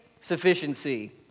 sufficiency